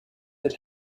that